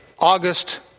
August